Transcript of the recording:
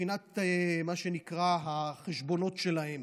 מבחינת החשבונות שלהן,